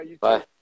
Bye